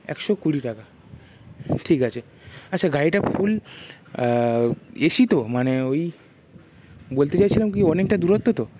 একশো কুড়ি টাকা ঠিক আছে আচ্ছা গাড়িটা ফুল এসি তো মানে ওই বলতে চাইছিলাম কি অনেকটা দূরত্ব তো